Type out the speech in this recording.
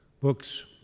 books